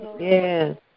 Yes